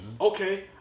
Okay